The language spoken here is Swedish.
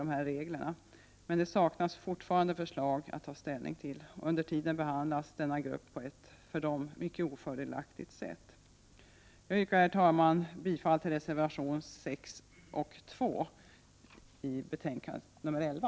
Det bekräfta Värbejsskaaeförsäk des också av andra representanter vid den offentliga Utfrågningen: Därför det saknas förslag att ta ställning till. Under tiden behandlas denna grupp på ett för den mycket ofördelaktigt sätt. Jag yrkar, herr talman, bifall till reservationerna 6 och 2 till betänkande 11.